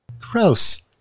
Gross